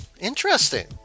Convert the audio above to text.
Interesting